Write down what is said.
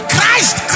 Christ